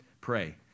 pray